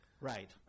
Right